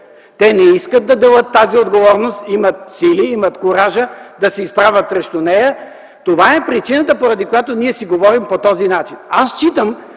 те не искат да делят тази отговорност, имат сили, имат куража да се изправят срещу нея. Това е причината, поради която ние си говорим по този начин.